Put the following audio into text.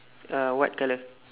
ah what colour